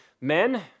men